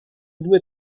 due